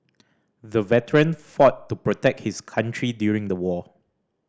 the veteran fought to protect his country during the war